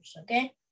okay